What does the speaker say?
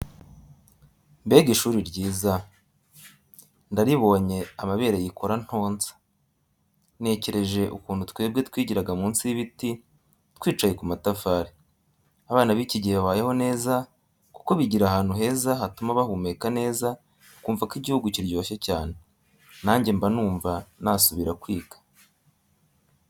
Mbega ishuri ryiza, ndaribonye amabere yikora ntonsa, ntekereje ukuntu twebwe twigiraga munsi y'ibiti twicaye ku matafari, abana b'iki gihe babayeho neza kuko bigira ahantu heza hatuma bahumeka neza bakumva ko igihugu kiryoshye cyane, nanjye mba numva nasubira kwiga.